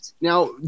Now